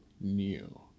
new